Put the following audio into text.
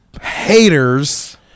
haters